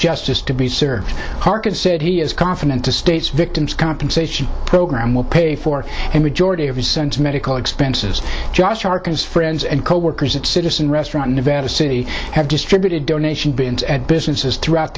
justice to be served harkin said he is confident the state's victims compensation program will pay for and majority of his son's medical expenses just hearkens friends and coworkers at citizen restaurant in nevada city have distributed donation bins at businesses throughout